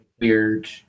weird